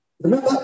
Remember